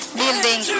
building